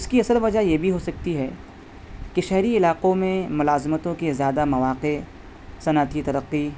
اس کی اصل وجہ یہ بھی ہو سکتی ہے کہ شہری علاقوں میں ملازمتوں کے زیادہ مواقع صنعتی ترقی